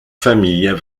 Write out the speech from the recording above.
familles